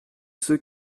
ceux